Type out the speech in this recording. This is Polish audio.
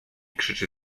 krzyczy